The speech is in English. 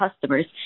customers